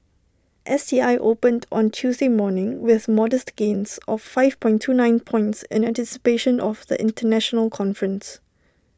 S T I opened on Tuesday morning with modest gains of five point two night points in anticipation of the International conference